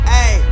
Hey